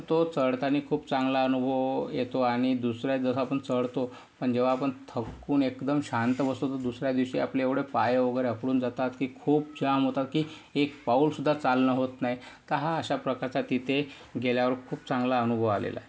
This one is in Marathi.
तो चढताना खूप चांगला अनुभव येतो आणि दुसरं जसं आपण चढतो आणि जेव्हा आपण थकून एकदम शांत बसतो तर दुसऱ्या दिवशी आपले एवढे पाय वगैरे आखडून जातात की खूप जाम होतात की एक पाऊलसुद्धा चालणं होत नाही तर हा अशा प्रकारचा तिथे गेल्यावर खूप चांगला अनुभव आलेला आहे